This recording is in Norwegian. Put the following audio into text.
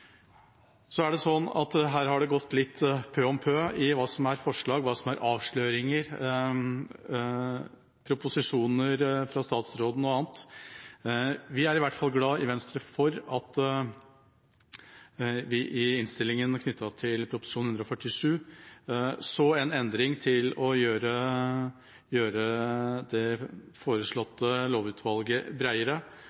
Så er det sånn at her har det gått litt pø om pø når det gjelder hva som er forslag, hva som er avsløringer, proposisjoner fra statsråden og annet. Vi i Venstre er i hvert fall glad for at vi i innstillinga til Prop. 147 L for 2015–2016 så en endring til å gjøre det foreslåtte lovutvalget bredere og gi det